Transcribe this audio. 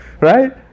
right